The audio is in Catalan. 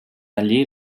allí